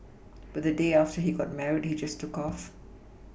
but the day after he got married he just took off